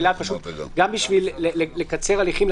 גם כדי לקצר הליכים,